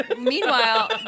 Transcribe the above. meanwhile